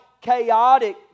chaotic